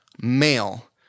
male